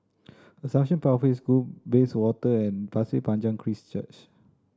Assumption Pathway School Bayswater and Pasir Panjang Christ Church